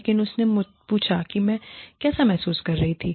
लेकिन उसने पूछा कि मैं कैसा महसूस कर रही थी